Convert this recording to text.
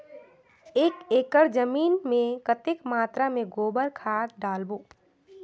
एक एकड़ जमीन मे कतेक मात्रा मे गोबर खाद डालबो?